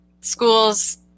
schools